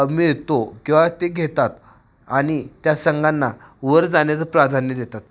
मिळतो किंवा ते घेतात आणि त्या संघांना वर जाण्याचं प्राधान्य देतात